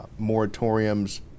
moratoriums